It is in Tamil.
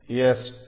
S2